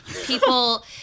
People